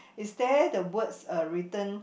is there the words are written